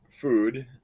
food